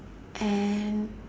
and